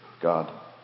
God